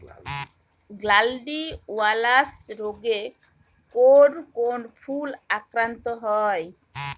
Gladiolus রোগে কোন কোন ফুল আক্রান্ত হয়?